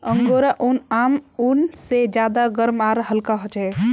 angora ऊन आम ऊन से ज्यादा गर्म आर हल्का ह छे